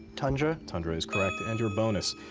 tundra? tundra is correct. and your bonus.